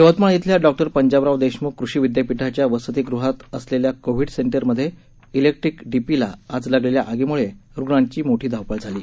यवतमाळ इथल्या डॉ पंजाबराव देशम्ख कृषी विद्यापीठाच्या वसतिग्हात असलेल्या कोव्हीड केअर सेंटरमधे इलेक्ट्रिक डीपीला आज लागलेल्या आगीम्ळे रुग्णांची धावपळ झाली